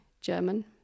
German